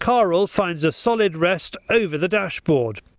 karel finds a solid rest over the dash board.